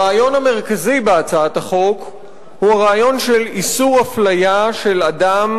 הרעיון המרכזי בהצעת החוק הוא הרעיון של איסור אפליה של אדם